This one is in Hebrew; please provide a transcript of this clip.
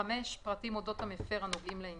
פרטים אודות המפר, הנוגעים לעניין,